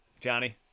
Johnny